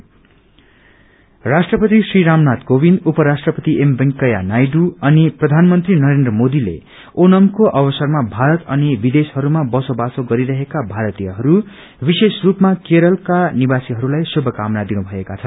message राष्ट्रपति श्री नामनाथ कोविन्द उपराष्ट्रपति M Venkaiah Naidu अनि प्रधानमन्त्री नरेन्द्र मोदीले ओणमको अवसरमा भारत अनि विदेशहरूमा बसोबासो गरिरहेका भारतीयहरू विशेष रूपमा केरलका निवासीहरूलाई शुभकामना दिनुभएका छन्